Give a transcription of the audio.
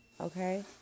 okay